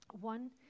One